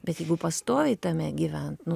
bet jeigu pastoviai tame gyvent nu